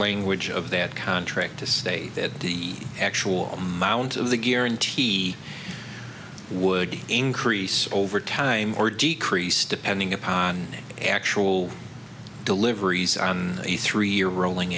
language of that contract to say that the actual amount of the guarantee he would increase over time or decrease depending upon actual deliveries on a three year rolling